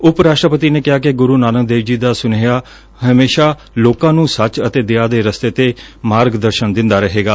ਉਪ ਰਾਸਟਰਪਤੀ ਨੇ ਕਿਹਾ ਕਿ ਗੁਰੂ ਨਾਨਕ ਦੇਵ ਜੀ ਦਾ ਸੁਨੈਹਾ ਹਮੇਸ਼ਾ ਲੋਕਾ ਨੂੰ ਸੱਚ ਅਤੇ ਦਯਾ ਦੇ ਰਸਤੇ ਤੇ ਮਾਰਗ ਦਰਸ਼ਨ ਦਿੰਦਾ ਰਹੇਗਾ